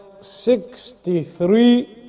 sixty-three